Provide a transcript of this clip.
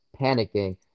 panicking